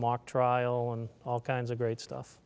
mock trial and all kinds of great stuff